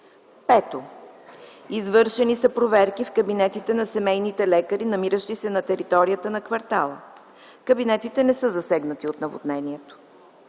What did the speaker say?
Пето, извършени са проверки в кабинетите на семейните лекари, намиращи се на територията на квартала. Кабинетите не са засегнати от наводнението.